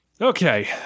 Okay